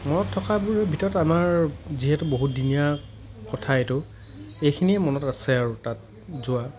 মনত থকাবোৰৰ ভিতৰত আমাৰ যিহেতু বহুতদিনীয়া কথা এইটো এইখিনিয়ে মনত আছে আৰু তাত যোৱা